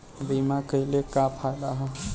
बीमा कइले का का फायदा ह?